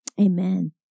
Amen